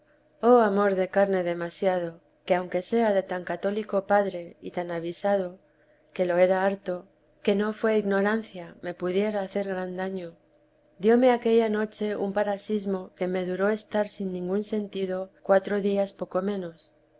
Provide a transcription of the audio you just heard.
oh amor de carne demasiado que aunque sea de tan católico padre y tan avisado que lo era harto que no fué ignorancia me pudiera hacer gran daño dióme aquella noche un parasismo que me duró estar sin ningún sentido cuatro días poco menos